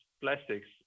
plastics